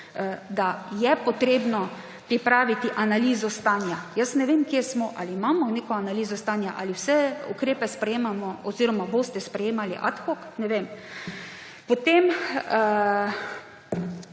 da je treba pripraviti analizo stanja. Jaz ne vem, kje smo, ali imamo neko analizo stanja, ali vse ukrepe sprejemamo oziroma boste sprejemali ad hoc, ne vem. Potem,